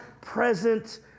present